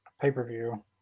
pay-per-view